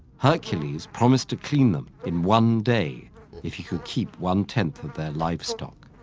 hercules promised to clean them in one day if he could keep one-tenth of the livestock.